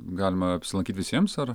galima apsilankyti visiems ar